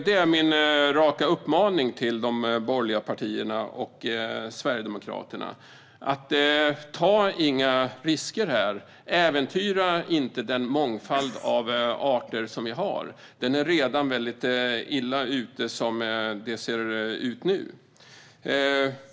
Det är min raka uppmaning till de borgerliga partierna och Sverigedemokraterna att inte ta några risker här. Äventyra inte den mångfald av arter som vi har! Den är väldigt illa ute redan som det ser ut nu.